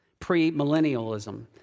premillennialism